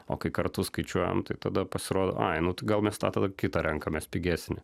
o kai kartu skaičiuojam tai tada pasirodo ai nu tai gal mes tą tada kitą renkamės pigesnį